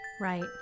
Right